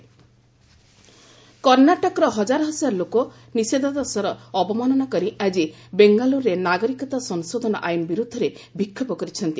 Karnataka CAA protest କର୍ଣ୍ଣାଟକର ହଜାର ହଜାର ଲୋକ ନିଷେଦ୍ଧାଦେଶର ଅବମାନନା କରି ଆକି ବେଙ୍ଗାଲ୍ରୁରେ ନାଗରିକତା ସଂଶୋଧନ ଆଇନ୍ ବିରୁଦ୍ଧରେ ବିକ୍ଷୋଭ କରିଛନ୍ତି